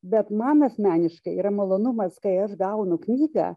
bet man asmeniškai yra malonumas kai aš gaunu knygą